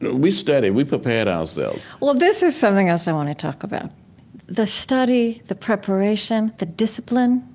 we studied. we prepared ourselves well, this is something else i want to talk about the study, the preparation, the discipline.